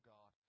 God